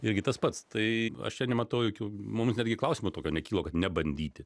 irgi tas pats tai aš čia nematau jokių mums netgi klausimo tokio nekilo kad nebandyti